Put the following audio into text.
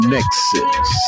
Nexus